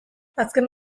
azken